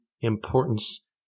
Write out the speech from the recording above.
importance